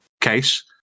case